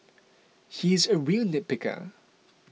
he is a real nitpicker